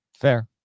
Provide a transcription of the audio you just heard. Fair